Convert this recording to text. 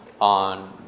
on